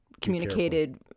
communicated